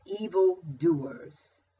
evildoers